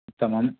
उत्तमम्